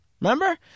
Remember